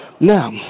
Now